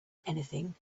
anything